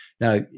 Now